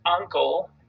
uncle